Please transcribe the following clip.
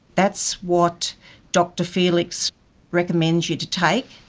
that's what dr felix recommends you to take,